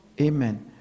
Amen